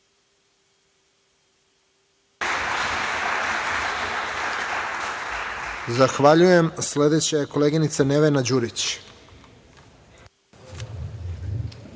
Zahvaljujem. Sledeća je koleginica Nevena Đurić.